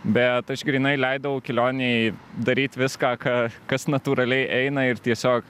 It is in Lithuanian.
bet aš grynai leidau kelionėj daryt viską ką kas natūraliai eina ir tiesiog